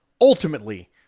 ultimately